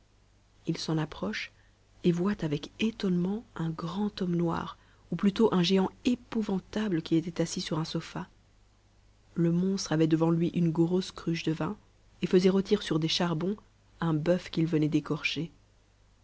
il s'en approche et voit avec étonnement un grand homme noir ou plutôt un géant épouvantable qui était assis sur un sofa le monstre avait devant lui une grosse cruche de vin et faisait rôtir sur des charbons un boeuf qu'il venait d'écorcher